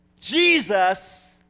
Jesus